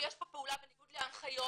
יש פה פעולה בניגוד להנחיות